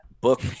book